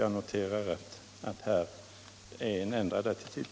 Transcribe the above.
Jag konstaterar att det nu råder en ändrad attityd.